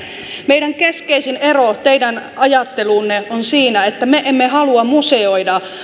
meidän keskeisin ero teidän ajatteluunne on siinä että me emme halua museoida